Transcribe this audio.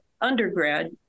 undergrad